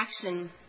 action